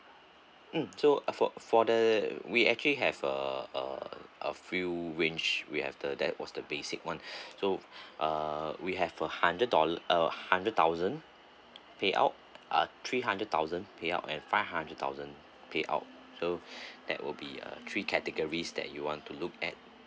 mm so for for the we actually have uh uh a few range we have the that was the basic one so uh we have a hundred doll~ a hundred thousand payout uh three hundred thousand payout and five hundred thousand payout so that will be uh three categories that you want to look at